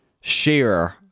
share